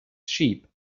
sheep